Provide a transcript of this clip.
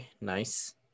Nice